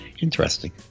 interesting